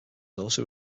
also